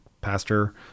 pastor